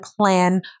plan